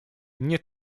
nie